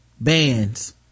bands